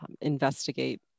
investigate